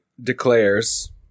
declares